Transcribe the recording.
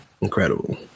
incredible